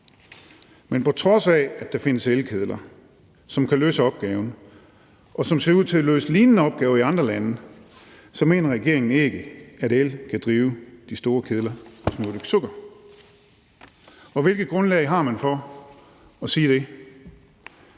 Men på trods af at der findes elkedler, som kan løse opgaven, og som ser ud til at løse lignende opgaver i andre lande, mener regeringen ikke, at el kan drive de store kedler hos Nordic Sugar. Hvilket grundlag har man for at sige det?